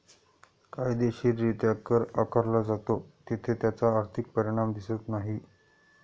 कायदेशीररित्या कर आकारला जातो तिथे त्याचा आर्थिक परिणाम दिसत नाही